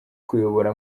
kuyobora